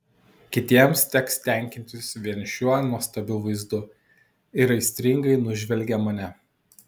kitiems teks tenkintis vien šiuo nuostabiu vaizdu ir aistringai nužvelgia mane